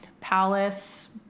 palace